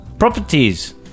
Properties